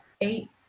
eight